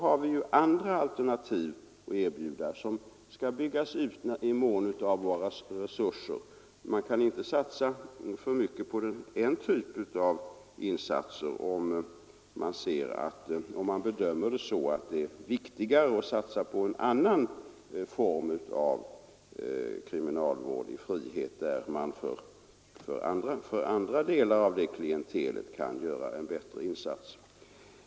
Men det finns ju också andra alternativ att Öm utbyggnad av erbjuda, som skall byggas ut i mån av våra resurser. Man kan inte satsa för familjevårdsmycket på en typ av åtgärder, om man bedömer det som viktigare att hemmen satsa på en annan form av kriminalvård i frihet, där man för andra delar av klientelet kan göra en bättre insats.